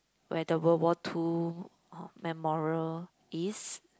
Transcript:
where the World War Two memorial is